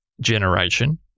generation